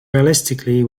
realistically